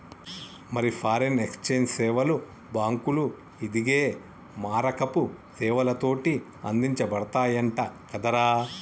మరి foreign exchange సేవలు బాంకులు, ఇదిగే మారకపు సేవలతోటి అందించబడతయంట కదరా